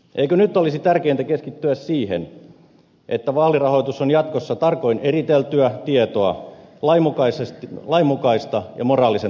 eikö nyt olisi tärkeintä keskittyä siihen että vaalirahoitus on jatkossa tarkoin eriteltyä tietoa lainmukaista ja moraalisen tarkastelun kestävää